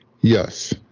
Yes